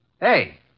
Hey